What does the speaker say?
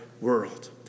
world